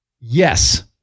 Yes